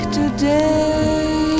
today